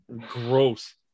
Gross